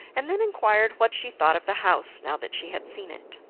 and then inquired what she thought of the house now that she had seen it.